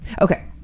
okay